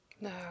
No